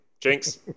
jinx